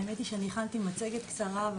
האמת היא שאני הכנתי מצגת קצרה.